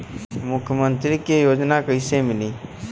मुख्यमंत्री के योजना कइसे मिली?